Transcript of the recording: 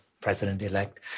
president-elect